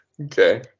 Okay